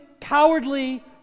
cowardly